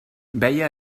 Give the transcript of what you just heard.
veia